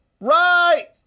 right